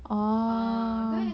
oh